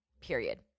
period